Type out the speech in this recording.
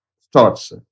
starts